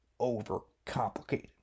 overcomplicated